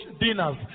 dinners